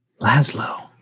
Laszlo